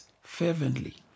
fervently